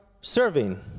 serving